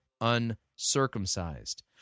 uncircumcised